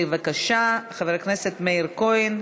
בבקשה, חבר הכנסת מאיר כהן,